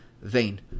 vein